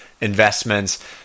investments